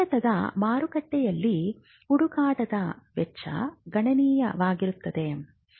ಭಾರತದ ಮಾರುಕಟ್ಟೆಯಲ್ಲಿ ಹುಡುಕಾಟದ ವೆಚ್ಚ ಗಣನೀಯವಾಗಿರುತ್ತದೆ